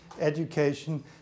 education